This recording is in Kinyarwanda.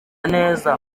neza